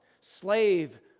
slave